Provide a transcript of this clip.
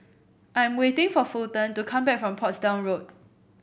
I am waiting for Fulton to come back from Portsdown Road